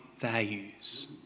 values